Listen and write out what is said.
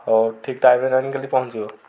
ହଉ ଠିକ୍ ଟାଇମ୍ରେ ଆଣିକି କାଲି ପହଞ୍ଚିବ